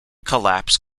collapse